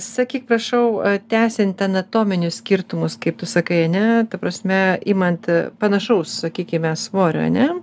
sakyk prašau tęsiant anatominius skirtumus kaip tu sakai ane ta prasme imant panašaus sakykime svorio ane